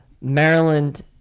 Maryland